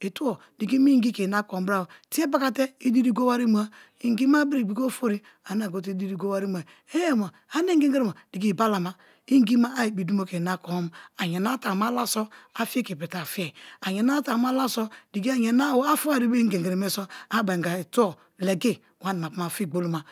itubo diki mo inji ke ina kon bra-o tie paka te idiri go wari mu-a, ingi ma abira ighigi ofo ane a gote diri go wari mu-a eh-mo ane ingeri mo diki balama ingi ma a ibi dumo ke ina kom, ayanara te a mu ala so a fiye ke ipirite afiye, ayana-a te a mu ala bo diki ayana-o afibari be ingegeri me so a beba inga itubo legi wani ma puma fi gboloma.